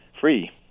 free